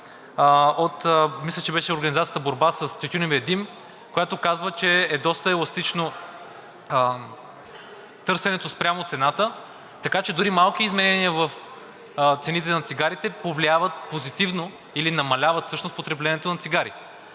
– мисля, че беше от организацията „Борба с тютюневия дим“, която казва, че е доста еластично търсенето спрямо цената. Така че дори малки изменения в цените на цигарите повлияват позитивно или намаляват всъщност потреблението на цигари.